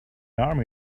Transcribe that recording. army